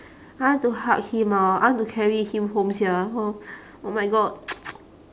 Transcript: I want to hug him orh I want to carry him home sia oh oh my god